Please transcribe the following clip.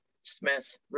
Smith